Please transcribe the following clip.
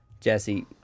Jesse